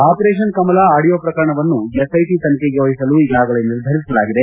operation Kamala audio ಪ್ರಕರಣವನ್ನು SIT ತನಿಖೆಗೆ ವಹಿಸಲು ಈಗಾಗಲೇ ನಿರ್ಧರಿಸಲಾಗಿದೆ